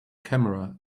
camera